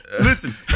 Listen